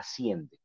asciende